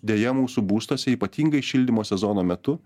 deja mūsų būstuose ypatingai šildymo sezono metu